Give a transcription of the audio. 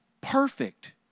perfect